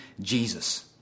Jesus